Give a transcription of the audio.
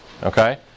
Okay